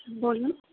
বলুন